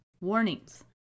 warnings